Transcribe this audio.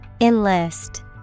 Enlist